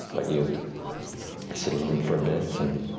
but you sit alone for a bit and